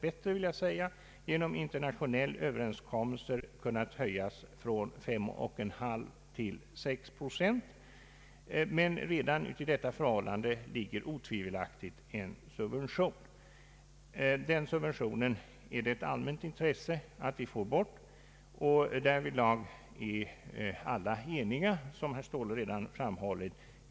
Räntorna på varvskrediter har, dess bättre, genom internationella överenskommelser kunnat höjas från 5,5 till 6 procent. Redan med denna ränta ligger emellertid otvivelaktigt en subvention i många länder. Det är ett allmänt intresse att vi får bort den subventionen. Därvidlag är alla eniga i bankoutskottet, som herr Ståhle framhållit.